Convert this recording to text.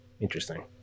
Interesting